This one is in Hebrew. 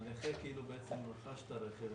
הנכה, כאילו רכש את הרכב.